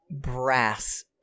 brass